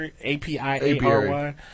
A-P-I-A-R-Y